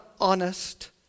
honest